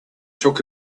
took